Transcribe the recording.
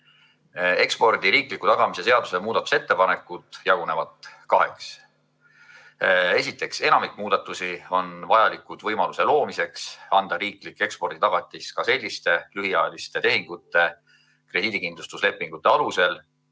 riikliku tagamise seaduse muudatusettepanekud jagunevad kaheks. Esiteks, enamik muudatusi on vajalikud võimaluse loomiseks anda riiklikku eksporditagatist ka selliste lühiajaliste tehingute krediidikindlustuslepingute alusel,